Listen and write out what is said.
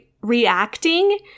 reacting